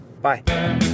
Bye